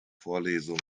vorlesung